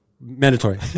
Mandatory